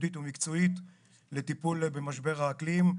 תפקודית ומקצועית לטיפול במשבר האקלים,